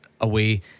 away